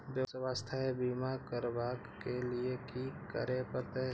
स्वास्थ्य बीमा करबाब के लीये की करै परतै?